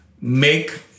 make